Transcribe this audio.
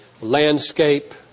landscape